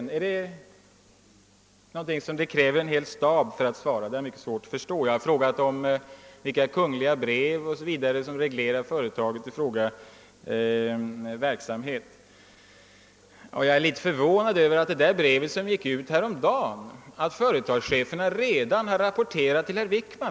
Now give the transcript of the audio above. Jag har svårt att förstå att det skulle krävas en hel stab för att svara. Jag har också frågat, vilka kungl. brev som reglerar företagens verksamhet. Brevet gick ut häromdagen, och jag är förvånad över att företagscheferna redan har rapporterat till herr Wickman.